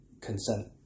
consent